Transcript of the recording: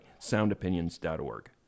soundopinions.org